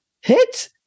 hit